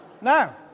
Now